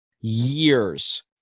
years